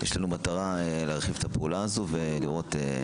יש לנו כוונה להרחיב את הפעולה הזאת ולראות.